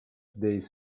days